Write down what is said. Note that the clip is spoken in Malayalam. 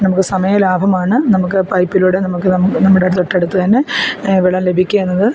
നമുക്ക് സമയ ലാഭമാണ് നമുക്ക് പൈപ്പിലൂടെ നമുക്ക് നമ്മു നമ്മുടെ തൊട്ടടുത്ത് തന്നെ വെള്ളം ലഭിക്കുക എന്നത്